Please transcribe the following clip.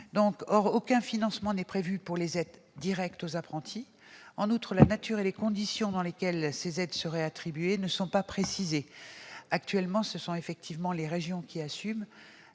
et aucun financement n'est prévu pour les aides directes aux apprentis. En outre, la nature de ces aides et les conditions dans lesquelles elles seraient attribuées ne sont pas précisées. Actuellement, ce sont en effet les régions qui assument.